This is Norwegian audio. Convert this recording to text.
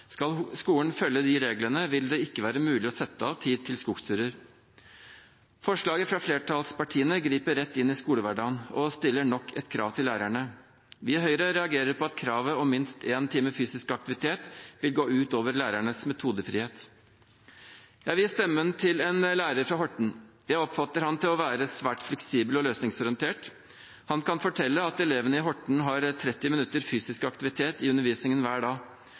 Skal skolen følge de reglene, vil det ikke være mulig å sette av tid til skogsturer. Forslaget fra flertallspartiene griper rett inn i skolehverdagen og stiller nok et krav til lærerne. Vi i Høyre reagerer på at kravet om minst én time fysisk aktivitet vil gå ut over lærernes metodefrihet. Jeg vil gi stemmen til en lærer fra Horten. Jeg oppfatter han som å være svært fleksibel og løsningsorientert. Han kan fortelle at elevene i Horten har 30 minutter fysisk aktivitet i undervisningen hver dag.